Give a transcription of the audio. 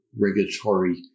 regulatory